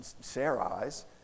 Sarai's